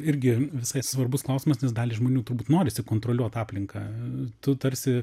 irgi visai svarbus klausimas nes daliai žmonių turbūt norisi kontroliuot aplinką tu tarsi